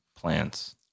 plants